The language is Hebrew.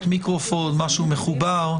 כאילו במקום אחר היא לא יכולה להיוועץ.